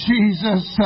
Jesus